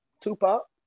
Tupac